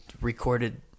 recorded